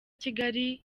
kigali